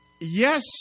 Yes